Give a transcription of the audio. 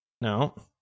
No